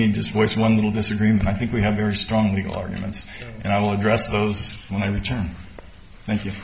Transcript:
waste one little disagreement i think we have very strong legal arguments and i will address those when i return thank you